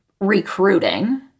recruiting